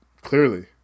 clearly